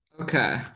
Okay